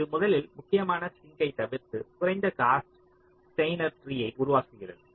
இது முதலில் முக்கியமான சிங்க் ஐ தவிர்த்து குறைந்தபட்ச காஸ்ட் ஸ்டெய்னர் ட்ரீயை உருவாக்குகிறது